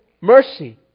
mercy